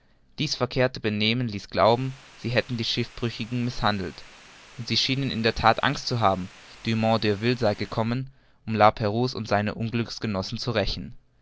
dies verkehrte benehmen ließ glauben sie hätten die schiffbrüchigen mißhandelt und sie schienen in der that angst zu haben dumont d'urville sei gekommen um la prouse und seine unglücksgenossen zu rächen